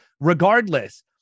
regardless